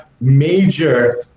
major